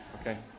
Okay